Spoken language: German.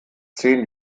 zehn